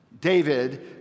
David